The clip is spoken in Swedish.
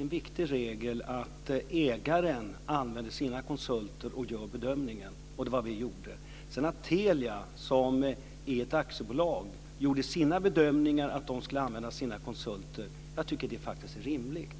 en viktig regel att ägaren använder sina konsulter och gör bedömningen, och det är vad vi gjorde. Att Telia, som är ett aktiebolag, gjorde sin bedömning att det skulle använda sina konsulter tycker jag är rimligt.